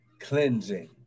cleansing